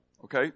Okay